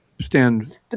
stand